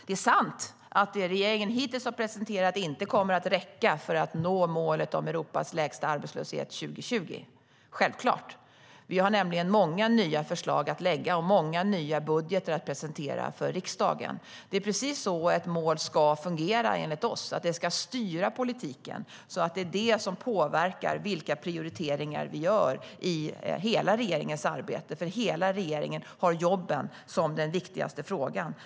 Det är sant att det regeringen hittills har presenterat inte kommer att räcka för att nå målet om Europas lägsta arbetslöshet 2020. Men vi har många nya förslag att lägga fram och många nya budgetar att presentera för riksdagen. Det är precis så ett mål ska fungera enligt oss. Det ska styra politiken så att det påverkar vilka prioriteringar vi gör i hela regeringens arbete, för hela regeringen har jobben som den viktigaste frågan.